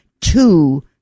two